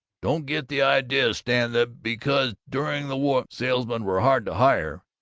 don't get the idea, stan, that because during the war salesmen were hard to hire,